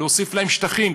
להוסיף להן שטחים,